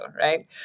right